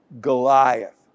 Goliath